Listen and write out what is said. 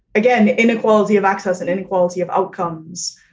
again, inequality of access and inequality of outcomes,